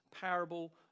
parable